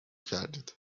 کردید